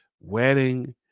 wedding